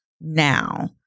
now